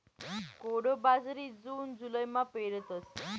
कोडो बाजरी जून जुलैमा पेरतस